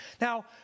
Now